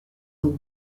eaux